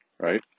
Right